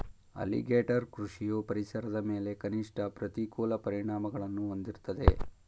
alligator ಕೃಷಿಯು ಪರಿಸರದ ಮೇಲೆ ಕನಿಷ್ಠ ಪ್ರತಿಕೂಲ ಪರಿಣಾಮಗಳನ್ನು ಹೊಂದಿರ್ತದೆ